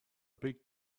big